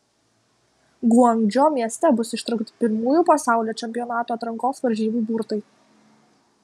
guangdžou mieste bus ištraukti pirmųjų pasaulio čempionato atrankos varžybų burtai